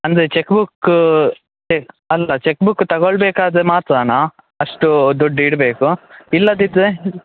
ಅಂದರೆ cheque book ಬೇಕು ಅಲ್ಲ ಚೆಕ್ ಬುಕ್ಕ್ ತಗೊಳ್ಳಬೇಕಾದ್ರೆ ಮಾತ್ರನಾ ಅಷ್ಟು ದುಡ್ಡು ಇಡಬೇಕು ಇಲ್ಲದಿದ್ದರೆ